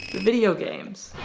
video games!